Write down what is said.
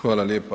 Hvala lijepa.